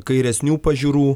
kairesnių pažiūrų